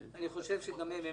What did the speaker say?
אני חושב שגם נציגי רשות המיסים.